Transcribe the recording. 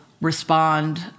respond